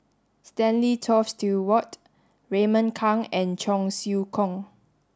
Stanley Toft Stewart Raymond Kang and Cheong Siew Keong